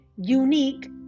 unique